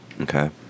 okay